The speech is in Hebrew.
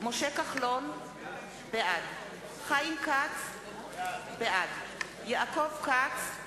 משה כחלון, בעד חיים כץ, בעד יעקב כץ,